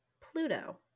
Pluto